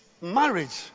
marriage